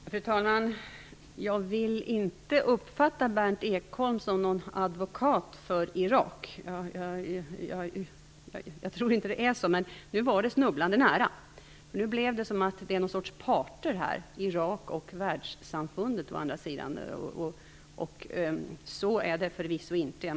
Fru talman! Jag vill inte uppfatta Berndt Ekholm som någon advokat för Irak. Jag tror inte att det är så. Men nu var det snubblande nära. Nu lät det som om Irak och världssamfundet vore något slags parter. Så är det förvisso inte.